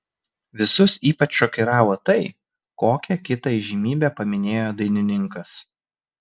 visus ypač šokiravo tai kokią kitą įžymybę paminėjo dainininkas